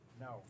No